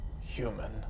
human